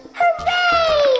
Hooray